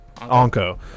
Anko